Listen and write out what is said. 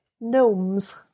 gnomes